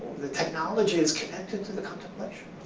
the technology is connected to the contemplation.